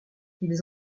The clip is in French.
ils